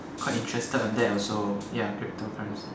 quite interested on that also ya cryptocurrency